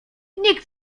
nikt